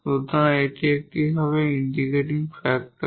সুতরাং এটি হবে ইন্টিগ্রেটিং ফ্যাক্টর